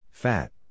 Fat